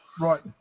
Right